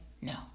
No